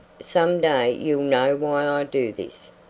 some day you'll know why i do this,